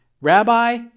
Rabbi